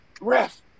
ref